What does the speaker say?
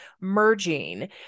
merging